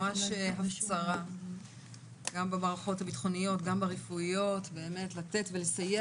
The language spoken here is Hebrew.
גם במערכות הביטחוניות גם ברפואיות באמת לתת ולסייע